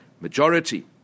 majority